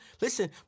Listen